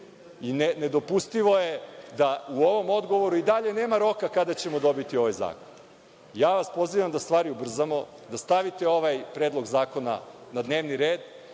Nedopustivo je da u ovom odgovoru i dalje nema roka kada ćemo dobiti ovaj zakon. Pozivam vas da stvari ubrzamo, da stavite ovaj predlog zakona na dnevni red,